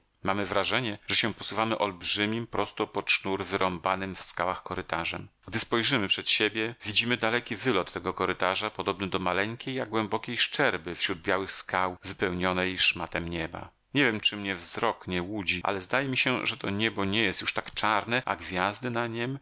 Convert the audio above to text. mamy wrażenie że się posuwamy olbrzymim prosto pod sznur wyrąbanym w skałach korytarzem gdy spojrzymy przed siebie widzimy daleki wylot tego korytarza podobny do maleńkiej a głębokiej szczerby wśród białych skał wypełnionej szmatem nieba nie wiem czy mnie wzrok nie łudzi ale zdaje mi się że to niebo nie jest już tak czarne a gwiazdy na niem